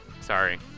Sorry